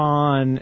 on